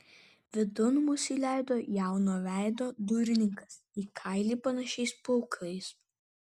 vidun mus įleido jauno veido durininkas į kailį panašiais plaukais